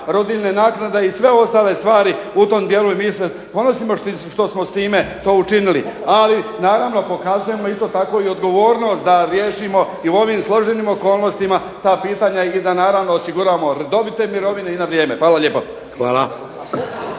rodiljne naknade i sve ostale stvar u tom dijelu. I mi se ponosimo što smo to učinili. Ali naravno pokazujemo isto tako odgovornost da riješimo u ovim složenim okolnostima ta pitanja i da osiguramo redovne mirovine i na vrijeme. Hvala lijepa.